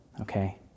Okay